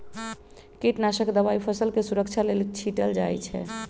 कीटनाशक दवाई फसलके सुरक्षा लेल छीटल जाइ छै